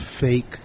fake